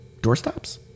Doorstops